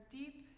deep